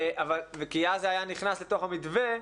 כי אז זה היה נכנס לתוך המתווה,